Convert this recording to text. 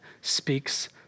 speaks